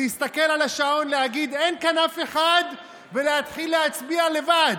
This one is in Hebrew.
להסתכל על השעון ולהגיד "אין כאן אף אחד" ולהתחיל להצביע לבד.